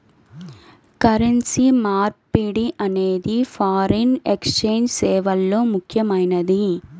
currency మార్పిడి అనేది foreign exchange సేవల్లో ముఖ్యమైనది